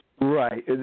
Right